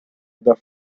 the